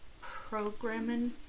programming